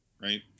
right